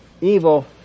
Evil